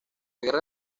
guerra